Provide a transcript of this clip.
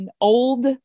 old